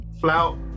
flout